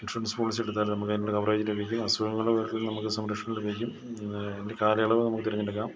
insurance policy എടുത്താൽ നമുക്കതിനുള്ള coverage ലഭിക്കും അസുഖങ്ങൾ വരും നമുക്ക് സംരക്ഷണം ലഭിക്കും അതിൻ്റെ കാലയളവും നമുക്ക് തിരഞ്ഞെടുക്കാം